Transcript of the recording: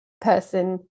person